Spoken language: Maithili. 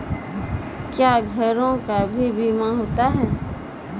क्या घरों का भी बीमा होता हैं?